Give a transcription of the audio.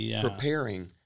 preparing